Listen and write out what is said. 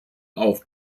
auch